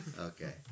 okay